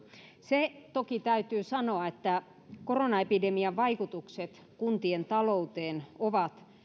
se toki täytyy sanoa että koronaepidemian vaikutukset kuntien talouteen ovat